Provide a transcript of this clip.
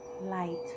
light